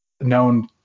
known